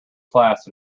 class